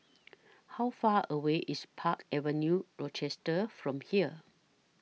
How Far away IS Park Avenue Rochester from here